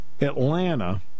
Atlanta